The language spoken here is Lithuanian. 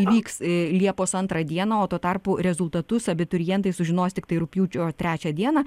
vyks liepos antrą dieną o tuo tarpu rezultatus abiturientai sužinos tiktai rugpjūčio trečią dieną